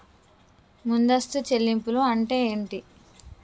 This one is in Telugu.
ముందస్తు చెల్లింపులు అంటే ఏమిటి?